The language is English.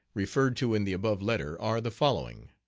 referred to in the above letter, are the following